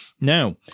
Now